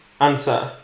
answer